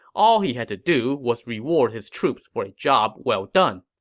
all he had to do was reward his troops for a job well done.